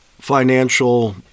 financial